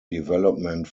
development